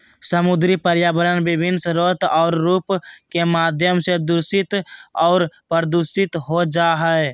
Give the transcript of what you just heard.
समुद्री पर्यावरण विभिन्न स्रोत और रूप के माध्यम से दूषित और प्रदूषित हो जाय हइ